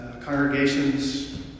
Congregations